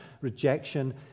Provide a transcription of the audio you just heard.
rejection